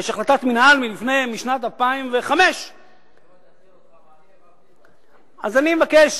יש החלטת מינהל משנת 2005. אז אני מבקש,